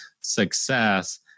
success